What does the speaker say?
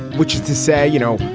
which is to say, you know.